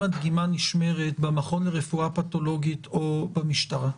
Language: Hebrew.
הדגימה נשמרת במכון לרפואה פתולוגית או במשטרה.